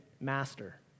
master